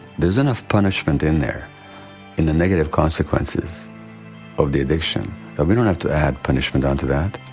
there's enough punishment in there in the negative consequences of the addiction that we don't have to add punishment on to that.